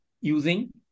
using